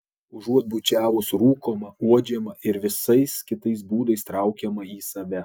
užuot bučiavus rūkoma uodžiama ir visais kitais būdais traukiama į save